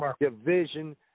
division